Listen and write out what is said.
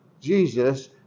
Jesus